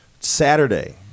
Saturday